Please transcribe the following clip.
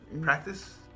practice